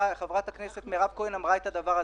חברת הכנסת מירב כהן אמרה את הדבר הזה.